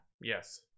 Yes